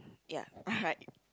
ya alright